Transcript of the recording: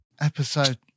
Episode